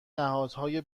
نهادهای